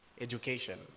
education